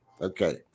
Okay